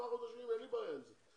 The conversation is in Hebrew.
אין לי בעיה עם זה.